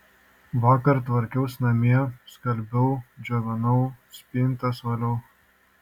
vakar tvarkiaus namie skalbiau džioviau spintas valiau